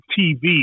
TV